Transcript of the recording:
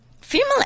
Female